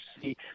see